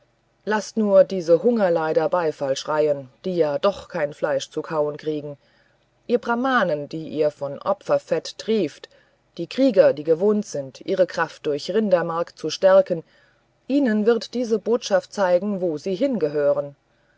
laßt nur diese hungerleider beifall schreien die ja doch kein fleisch zu kauen kriegen ihr brahmanen die ihr von opferfett trieft die krieger die gewohnt sind ihre kraft durch rindermark zu stärken ihnen wird diese botschaft zeigen wo sie hingehören